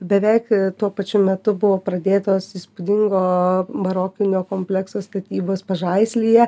beveik tuo pačiu metu buvo pradėtos įspūdingo barokinio komplekso statybos pažaislyje